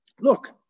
look